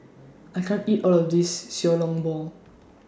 I can't eat All of This Xiao Long Bao